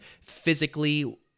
physically